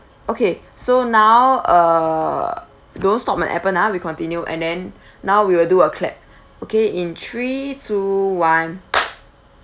okay so now uh don't stop on Appen[ah] we continue and then now we will do a clap okay in three two one